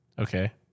Okay